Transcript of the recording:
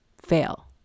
fail